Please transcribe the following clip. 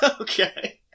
Okay